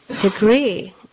degree